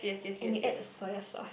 and you add the soya sauce